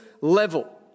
level